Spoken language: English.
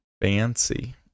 Fancy